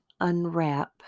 unwrap